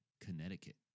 Connecticut